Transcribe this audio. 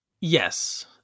Yes